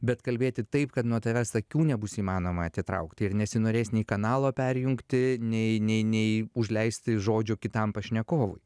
bet kalbėti taip kad nuo tavęs akių nebus įmanoma atitraukti ir nesinorės nei kanalo perjungti nei nei nei užleisti žodžio kitam pašnekovui